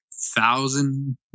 thousand